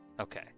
Okay